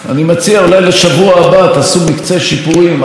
תנסו להציע הצעות ספציפיות ונקודתיות, ב.